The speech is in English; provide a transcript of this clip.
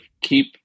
keep